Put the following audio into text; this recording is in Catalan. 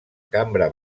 cambra